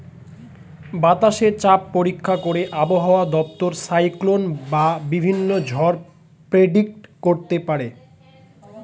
বাতাসে চাপ পরীক্ষা করে আবহাওয়া দপ্তর সাইক্লোন বা বিভিন্ন ঝড় প্রেডিক্ট করতে পারে